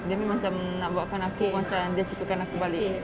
that means macam nak buatkan aku macam dia sukakan aku baik